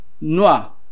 Noah